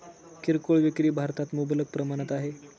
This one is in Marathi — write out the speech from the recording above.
किरकोळ विक्री भारतात मुबलक प्रमाणात आहे